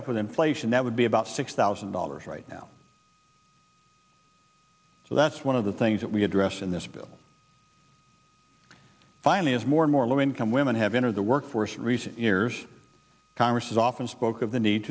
up with inflation that would be about six thousand dollars right now so that's one of the things that we address in this bill finally as more and more low income women have entered the workforce in recent years congress has often spoke of the need